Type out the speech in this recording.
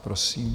Prosím.